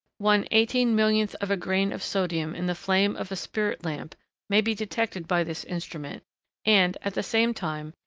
one eighteen-millionth of a grain of sodium in the flame of a spirit-lamp may be detected by this instrument and, at the same time,